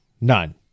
None